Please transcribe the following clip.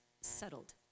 settled